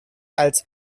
als